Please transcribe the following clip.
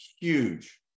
huge